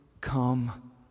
come